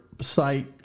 site